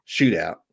shootout